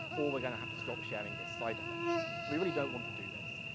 or we're gonna have to stop sharing this side effect. so we really don't want to do this,